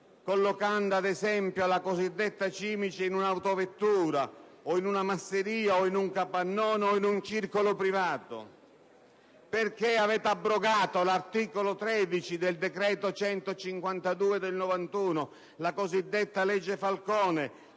collocando, ad esempio, la cosiddetta cimice in un'autovettura o in una masseria o in un capannone o in un circolo privato? Perché avete abrogato l'articolo 13 del decreto-legge n. 152 del 1991, la cosiddetta legge Falcone,